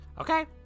Okay